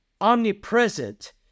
omnipresent